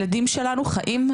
כמה הילדים שלנו חיים.